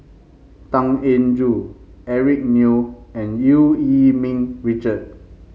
Tan Eng Joo Eric Neo and Eu Yee Ming Richard